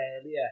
earlier